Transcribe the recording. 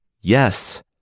Yes